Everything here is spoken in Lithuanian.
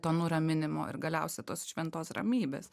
to nuraminimo ir galiausia tos šventos ramybės